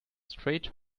straight